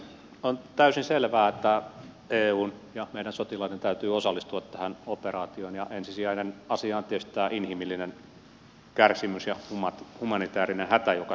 on täysin selvää että eun ja meidän sotilaiden täytyy osallistua tähän operaatioon ja ensisijainen asia on tietysti tämä inhimillinen kärsimys ja humanitäärinen hätä joka siellä on